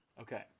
Okay